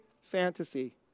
fantasy